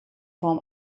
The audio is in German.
form